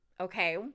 Okay